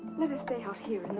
let us stay out here